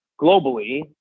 globally